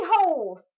Behold